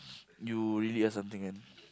you really are something man